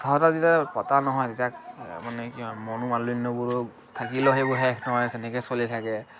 কথা এটা যেতিয়া পতা নহয় তেতিয়া মানে কি হয় মনোমালিন্যবোৰো থাকিলেও সেইবোৰ সেই নহয় সেনেকেই চলি থাকে